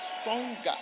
Stronger